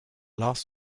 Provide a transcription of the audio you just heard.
last